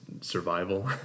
survival